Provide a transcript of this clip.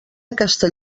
aquesta